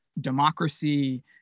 democracy